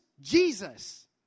Jesus